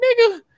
nigga